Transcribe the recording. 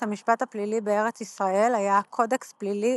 המשפט הפלילי בארץ ישראל היה קודקס פלילי